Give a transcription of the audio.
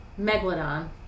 Megalodon